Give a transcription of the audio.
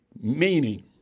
meaning